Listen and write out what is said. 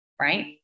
Right